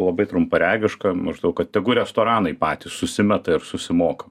labai trumparegišką maždaug tegu restoranai patys susimeta ir susimoka